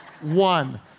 one